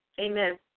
amen